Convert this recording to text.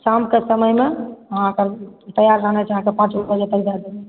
शामके समयमे अहाँके तैआर रहना चाही अहाँके पाँच बजे तक दऽ देबै